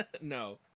no